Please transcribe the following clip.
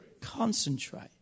Concentrate